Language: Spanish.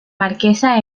marquesa